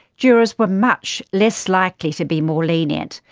jurors were much less likely to be more lenient.